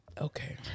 Okay